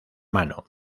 mano